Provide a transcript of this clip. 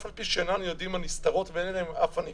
על אף פי שאינם יודעים על נסתרות והן אף על נגלות,